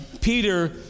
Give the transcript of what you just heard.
Peter